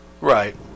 right